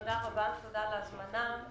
תודה על ההזמנה.